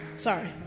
Sorry